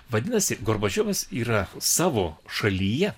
vadinasi gorbačiovas yra savo šalyje